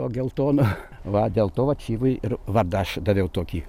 tuo geltonu va dėl to vat šyvui ir vardą aš daviau tokį